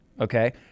okay